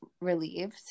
relieved